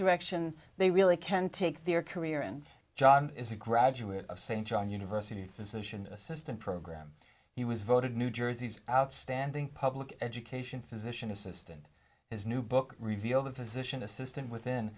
direction they really can take their career and john is a graduate of st john university physician assistant program he was voted new jersey's outstanding public education physician assistant his new book review of a physician assistant within